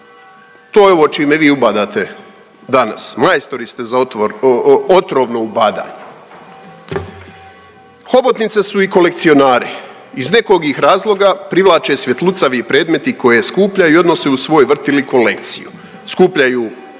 To je ovo čime ubadate danas. Majstori ste za otrovno ubadanje. Hobotnice su i kolekcionari. Iz nekog ih razloga privlače svjetlucavi predmeti koje skuplja i odnosi u svoj vrt ili kolekciju. Skupljaju